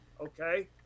okay